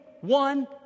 one